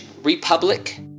Republic